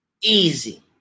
easy